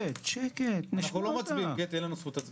אנחנו לא מצביעים, קטי, אין לנו זכות הצבעה.